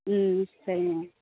ம் ம் சரிங்கம்மா